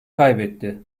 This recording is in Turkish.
kaybetti